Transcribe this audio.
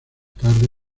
tarde